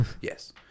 Yes